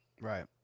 Right